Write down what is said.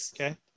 okay